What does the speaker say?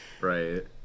right